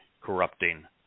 corrupting